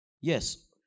Yes